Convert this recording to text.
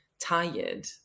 tired